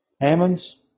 Hammonds